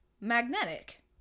magnetic